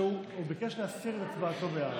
הוא ביקש להסיר את הצבעתו בעד.